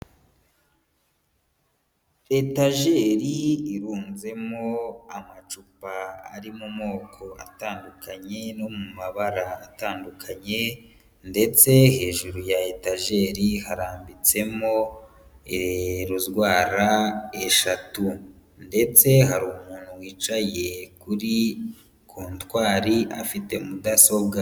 Etajeri irunzemwo amacupa ari mu moko atandukanye no mu mabara atandukanye, ndetse hejuru ya etajeri harambitsemo rozwara eshatu, ndetse hari umuntu wicaye kuri kontwari afite mudasobwa.